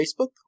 Facebook